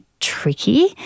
tricky